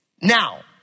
Now